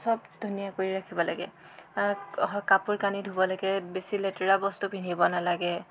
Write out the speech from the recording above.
চব ধুনীয়া কৰি ৰাখিব লাগে কাপোৰ কানি ধুব লাগে বেছি লেতেৰা বস্তু পিন্ধিব নালাগে